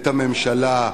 את הממשלה,